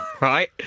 right